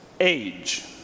age